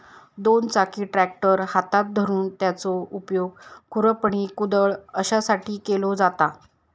दोन चाकी ट्रॅक्टर हातात धरून त्याचो उपयोग खुरपणी, कुदळ अश्यासाठी केलो जाता